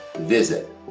visit